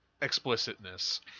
explicitness